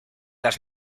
las